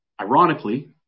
ironically